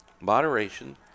Moderation